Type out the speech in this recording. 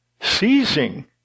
seizing